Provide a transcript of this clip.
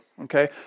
okay